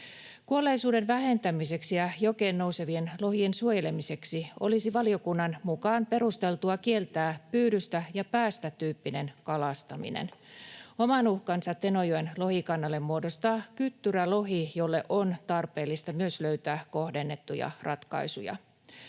Kuolleisuuden vähentämiseksi ja jokeen nousevien lohien suojelemiseksi olisi valiokunnan mukaan perusteltua kieltää pyydystä ja päästä ‑tyyppinen kalastaminen. Oman uhkansa Tenojoen lohikannalle muodostaa kyttyrälohi, jolle on tarpeellista myös löytää kohdennettuja ratkaisuja.